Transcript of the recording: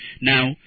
Now